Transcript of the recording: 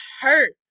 hurt